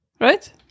right